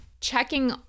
checking